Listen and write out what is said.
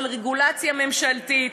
של רגולציה ממשלתית,